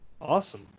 Awesome